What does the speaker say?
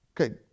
Okay